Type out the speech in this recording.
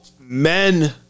men